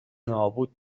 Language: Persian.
نابود